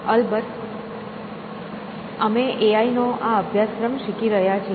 અલબત્ત અમે એઆઈ નો આ અભ્યાસક્રમ શીખી રહ્યા છીએ